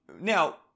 Now